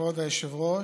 כבוד היושב-ראש.